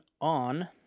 on